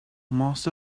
most